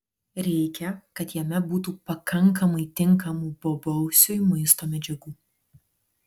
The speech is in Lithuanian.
reikia kad jame būtų pakankamai tinkamų bobausiui maisto medžiagų